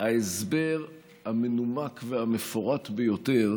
ההסבר המנומק והמפורט ביותר